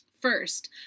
First